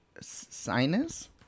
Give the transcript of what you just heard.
Sinus